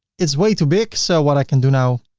it's way too big, so what i can do now,